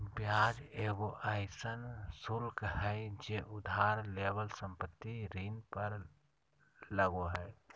ब्याज एगो अइसन शुल्क हइ जे उधार लेवल संपत्ति ऋण पर लगो हइ